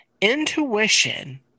intuition